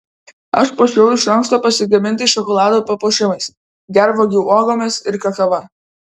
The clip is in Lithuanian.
aš puošiau iš anksto pasigamintais šokolado papuošimais gervuogių uogomis ir kakava